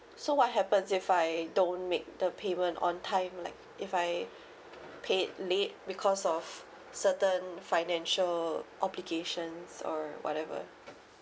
so what happens if I don't make the payment on time like if I paid late because of certain financial obligations or whatever